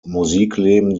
musikleben